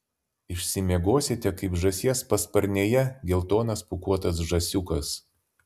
išsimiegosite kaip žąsies pasparnėje geltonas pūkuotas žąsiukas